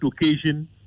occasion